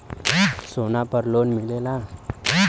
सोना पर लोन मिलेला?